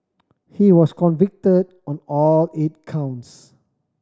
he was convicted on all eight counts